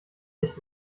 nicht